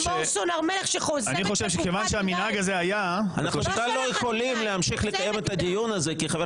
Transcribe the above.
אנחנו לא יכולים להמשיך לקיים את הדיון הזה כי חבר